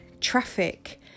traffic